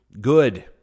good